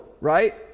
right